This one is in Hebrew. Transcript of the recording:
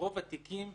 רוב התיקים,